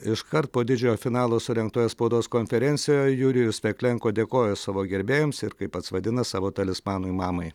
iškart po didžiojo finalo surengtoje spaudos konferencijoje jurijus veklenko dėkojo savo gerbėjams ir kaip pats vadina savo talismanui mamai